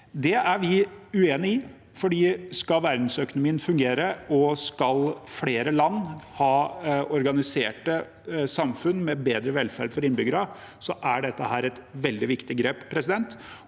Det er vi uenige i, for skal verdensøkonomien fungere og skal flere land ha organiserte samfunn med bedre velferd for innbyggerne, er dette et veldig viktig grep. I så måte